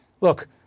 Look